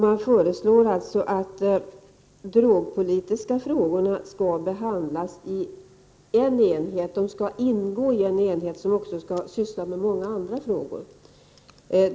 Man föreslår att de drogpolitiska frågorna skall ingå i en enhet som också skall syssla med många andra frågor.